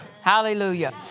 Hallelujah